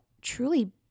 truly